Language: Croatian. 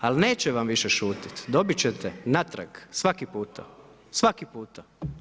Ali neće vam više šutit, dobit ćete natrag svaki puta, svaki puta.